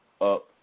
up